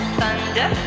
thunder